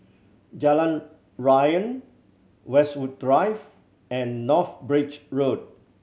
Jalan Riang Westwood Drive and North Bridge Road